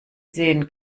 sehen